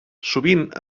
sovint